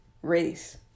Race